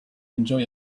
enjoy